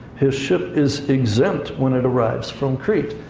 his ship is exempt when it arrives from crete.